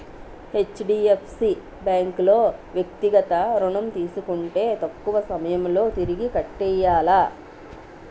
HDFC bank లో వ్యక్తిగత ఋణం తీసుకుంటే తక్కువ సమయంలో తిరిగి కట్టియ్యాల